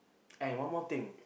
and one more thing